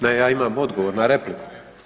Ne, ja imam odgovor na repliku.